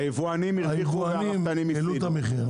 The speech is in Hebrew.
היבואנים העלו את המחיר,